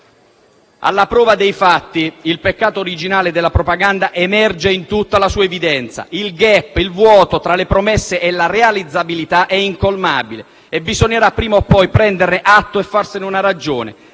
Alla prova dei fatti, il peccato originale della propaganda emerge in tutta la sua evidenza: il *gap*, il vuoto fra le promesse e la realizzabilità è incolmabile e bisognerà prima o poi prenderne atto e farsene una ragione.